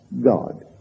God